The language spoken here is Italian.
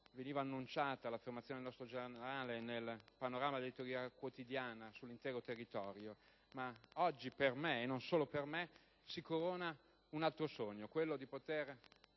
che annunciava l'affermazione del nostro giornale nel panorama dell'editoria quotidiana sull'intero territorio. Oggi per me, e non solo per me, si corona un altro sogno: quello di poter